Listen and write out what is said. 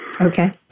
Okay